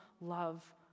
love